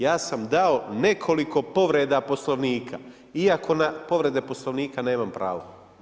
Ja sam dao nekoliko povreda Poslovnika iako na povrede Poslovnika nemam pravo.